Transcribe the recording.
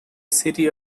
city